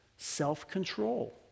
Self-control